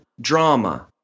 drama